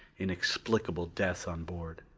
inexplicable death on board,